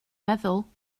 meddwl